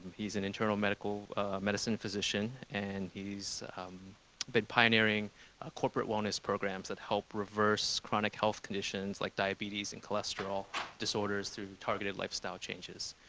he's an internal medicine physician, and he's been pioneering corporate wellness programs that help reverse chronic health conditions like diabetes and cholesterol disorders through targeted lifestyle changes.